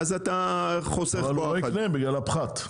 ואז אתה חוסך --- אבל הוא לא יקנה בגלל הפחת.